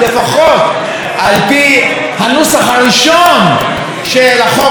הנוסח הראשון של החוק כפי שהוא הובא בפנינו,